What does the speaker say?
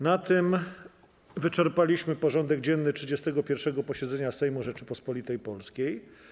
Na tym wyczerpaliśmy porządek dzienny 31. posiedzenia Sejmu Rzeczypospolitej Polskiej.